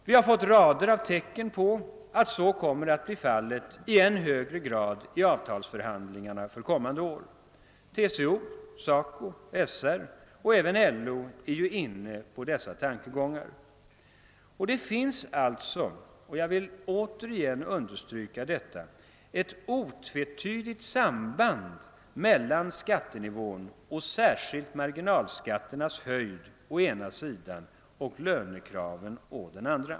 Vi har fått rader av tecken på att så kommer att bli fallet i än högre grad i avtalsförhandlingarna för kommande år. TCO, SACO, SR och även LO är inne på dessa tankegångar. Det finns alltså — jag vill åter understryka detta — ett otvetydigt samband mellan skattenivån och särskilt marginalskatternas höjd å ena sidan och lönekraven å den andra.